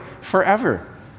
forever